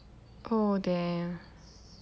oh damn